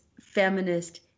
feminist